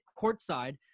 courtside